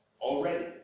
already